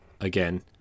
again